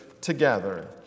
together